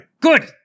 Good